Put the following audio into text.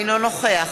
אינו נוכח